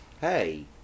Hey